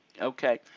Okay